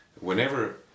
whenever